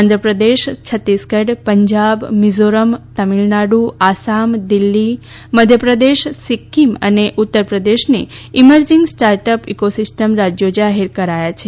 આંધ્રપ્રદેશ છત્તીસગઢ પંજાબ મિઝોરમ તમીળનાડુ આસામ દિલ્હી મધ્યપ્રદેશ સિકકીમ અને ઉત્તરપ્રદેશને emerging start up ecosystem રાજયો જાહેર કરાયા છે